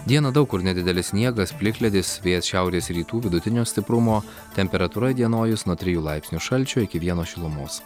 dieną daug kur nedidelis sniegas plikledis vėjas šiaurės rytų vidutinio stiprumo temperatūra įdienojus nuo trijų laipsnių šalčio iki vieno šilumos